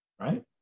right